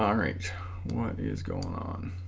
um right what is going on